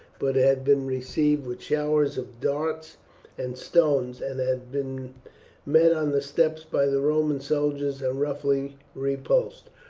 but had been received with showers of darts and stones, and had been met on the steps by the roman soldiers and roughly repulsed.